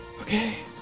Okay